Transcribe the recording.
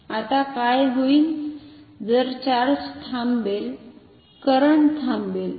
आता काय होईल जर चार्ज थांबेल करंट थांबले